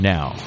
Now